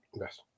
Yes